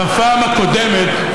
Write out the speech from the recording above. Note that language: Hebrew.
בפעם הקודמת,